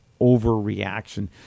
overreaction